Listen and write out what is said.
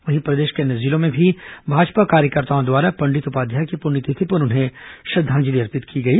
वहीं प्रदेश के अन्य जिलों में भी भाजपा कार्यकर्ताओं द्वारा पंडित उपाध्याय की पुण्यतिथि पर उन्हें श्रद्धांजलि अर्पित की गई